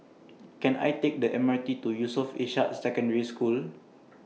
Can I Take The M R T to Yusof Ishak Secondary School